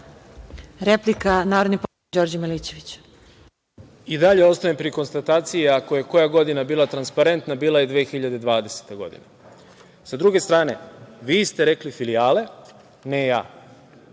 Milićević. **Đorđe Milićević** I dalje ostajem pri konstataciji ako je koja godina bila transparentna, bila je 2020. godina. Sa druge strane, vi ste rekli filijale, ne ja.